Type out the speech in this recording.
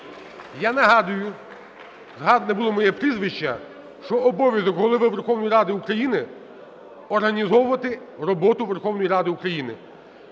Я нагадую, згадане було моє прізвище, що обов'язок Голови Верховної Ради України – організовувати роботу Верховної Ради України.